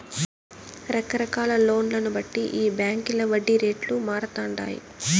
రకరకాల లోన్లను బట్టి ఈ బాంకీల వడ్డీ రేట్లు మారతండాయి